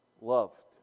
loved